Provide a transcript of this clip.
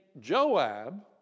Joab